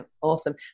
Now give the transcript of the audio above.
Awesome